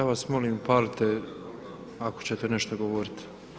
Ja vas molim upalite ako ćete nešto govoriti.